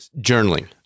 Journaling